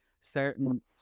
certain